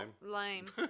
Lame